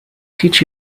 teach